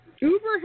Uber